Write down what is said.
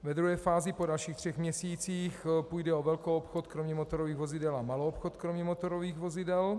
Ve druhé fázi po dalších třech měsících půjde o velkoobchod kromě motorových vozidel a maloobchod kromě motorových vozidel.